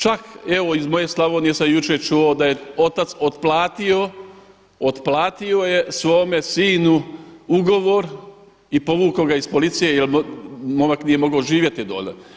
Čak evo iz moje Slavonije sam jučer čuo da je otac otplatio, otplatio je svome sinu ugovor i povukao ga iz policije jer momak nije mogao živjeti dolje.